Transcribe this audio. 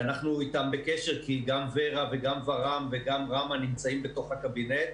שאנחנו איתם בקשר כי גם ור"ה וגם ור"מ וגם רמ"ה נמצאים בתוך הקבינט,